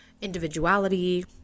individuality